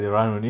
ya